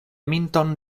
minton